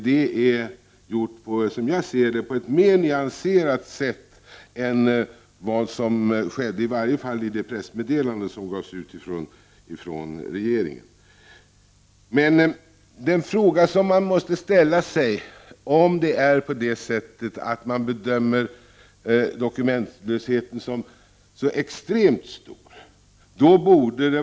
Det är, som jag ser det, gjort på ett mer nyanserat sätt än vad som skedde i det pressmeddelande som regeringen lämnade. Den fråga som jag måste ställa är om dokumentlösheten bedöms som extremt utbredd.